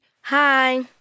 Hi